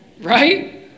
right